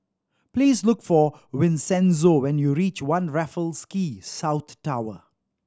please look for Vincenzo when you reach One Raffles Quay South Tower